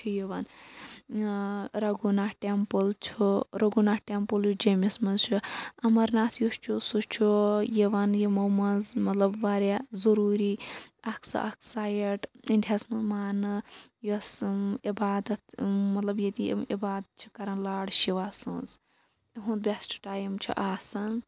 چھِ یِوان رَگوناتھ ٹیٚمپل چھُ رَگوناتھ ٹیٚمپل یُس جٔمِس مَنٛز چھُ اَمرناتھ یُس چھُ سُہ چھُ یِوان یِمو مَنٛز مَطلَب واریاہ ضروٗری اکھ سا اکھ سایٹ اِنٛڈیاہَس مَنٛز ماننہٕ یۄس عبادَتھ مَطلَب ییٚتہِ یِم عِبادَتھ چھِ کَران لاڈ شِوا سٕنٛز اُہُنٛد بیسٹ ٹایم چھُ آسان